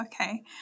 Okay